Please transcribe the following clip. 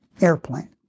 airplane